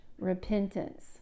repentance